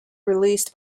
released